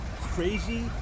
crazy